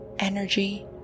energy